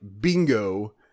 bingo